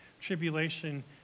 tribulation